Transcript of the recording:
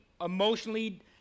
emotionally